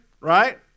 right